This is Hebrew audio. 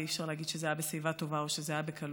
ואי-אפשר להגיד שזה היה בשיבה טובה או שזה היה בקלות,